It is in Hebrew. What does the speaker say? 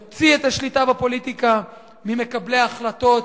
יוציא את השליטה בפוליטיקה ממקבלי ההחלטות,